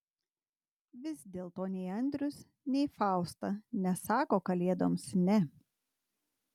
vis dėlto nei andrius nei fausta nesako kalėdoms ne